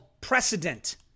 precedent